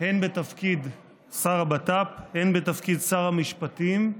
הן בתפקיד שר הבט"פ, הן בתפקיד שר המשפטים.